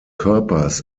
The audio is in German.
körpers